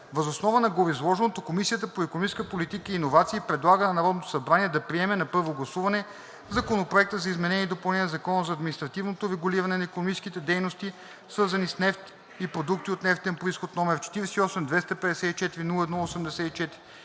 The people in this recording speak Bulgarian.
Въз основа на гореизложеното Комисията по икономическа политика и иновации предлага на Народното събрание да приеме на първо гласуване Законопроекта за изменение и допълнение на Закона за административното регулиране на икономическите дейности, свързани с нефт и продукти от нефтен произход, № 48-254-01-84,